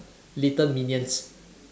little minions